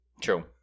True